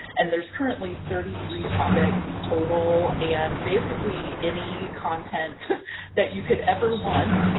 and there's currently thirty three topics total and basically any content that you could ever want, you